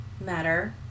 matter